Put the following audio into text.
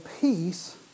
peace